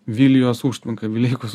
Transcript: vilijos užtvanka vileikos